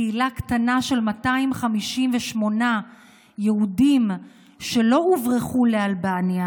קהילה קטנה של 258 יהודים שלא הוברחו לאלבניה.